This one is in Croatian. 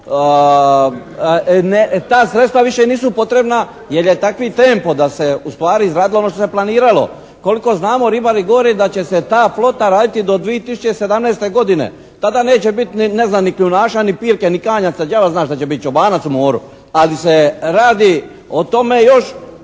ta sredstva nisu više potrebna jer je takav tempo da se ustvari izgradilo ono što se planiralo. Koliko znamo ribari govore da će se ta flota raditi do 2017. godine. Tada neće biti ni kljunaša, ni pirke, ni klanjaca, đava zna šta će biti, čorbanac u moru. Ali se radi o tome još